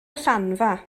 allanfa